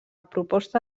proposta